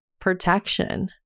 protection